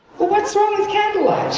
but what's wrong with candlelight?